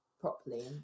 properly